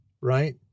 right